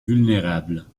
vulnérable